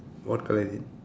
what colour is it